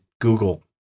Google